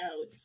out